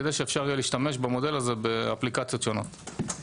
כדי שאפשר יהיה להשתמש במודל הזה באפליקציות שונות.